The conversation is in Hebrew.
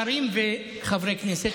שרים וחברי כנסת,